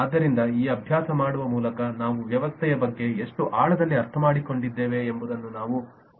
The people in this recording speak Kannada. ಆದ್ದರಿಂದ ಈ ಅಭ್ಯಾಸ ಮಾಡುವ ಮೂಲಕ ನಾವು ವ್ಯವಸ್ಥೆಯ ಬಗ್ಗೆ ಎಷ್ಟು ಆಳದಲ್ಲಿ ಅರ್ಥಮಾಡಿಕೊಂಡಿದ್ದೇವೆ ಎಂಬುದನ್ನು ನಾವು ನೋಡಬೇಕಾಗಿದೆ